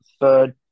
third